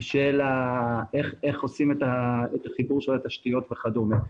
של איך עושים את החיבור של התשתיות וכדומה.